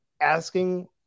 asking